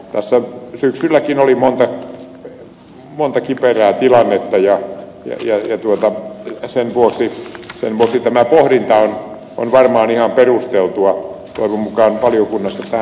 tässä syksylläkin oli monta kiperää tilannetta ja sen vuoksi tämä pohdinta on varmaan ihan perusteltua on mukaan valiokunnissa ja